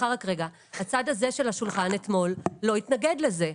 הצד הזה של השולחן אתמול לא התנגד לזה.